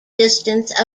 distance